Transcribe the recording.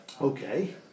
Okay